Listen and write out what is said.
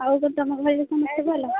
ଆଉ ସବୁ ତୁମ ଘରେ ଭଲ